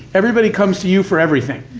everybody comes to you for everything,